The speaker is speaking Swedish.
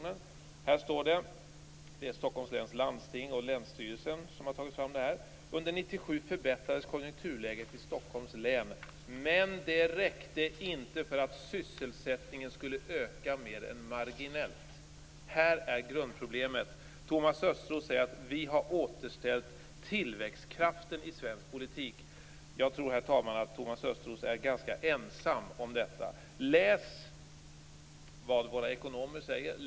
Det är Stockholms läns landsting och länsstyrelsen som har tagit fram rapporten. Här står: Under 1997 förbättrades konjunkturläget i Stockholms län, men det räckte inte för att sysselsättningen skulle öka mer än marginellt. Här är grundproblemet. Thomas Östros säger att man har återställt tillväxtkraften i svensk ekonomi. Jag tror, herr talman, att Thomas Östros är ganska ensam om denna uppfattning. Läs vad våra ekonomer säger!